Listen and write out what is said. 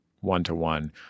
one-to-one